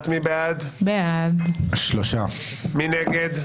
בעד, 3 נגד,